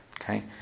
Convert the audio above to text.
Okay